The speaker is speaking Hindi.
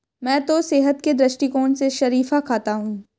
मैं तो सेहत के दृष्टिकोण से शरीफा खाता हूं